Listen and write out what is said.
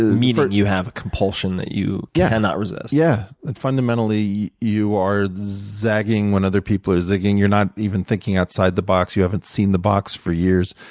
ah meaning you have a compulsion that you cannot resist. yeah. and fundamentally, you are zagging when other people are zigging. you're not even thinking outside the box. you haven't seen the box for years.